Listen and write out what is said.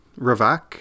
Ravak